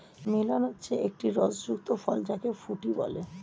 melon হচ্ছে একটি রস যুক্ত ফল যাকে ফুটি বলে